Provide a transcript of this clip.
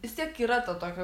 vis tiek yra to tokio